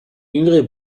jüngere